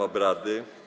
obrady.